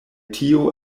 tio